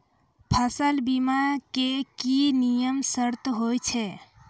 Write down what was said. फसल बीमा के की नियम सर्त होय छै?